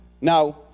Now